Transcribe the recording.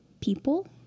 people